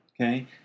Okay